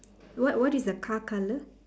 what what is the car colour